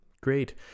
Great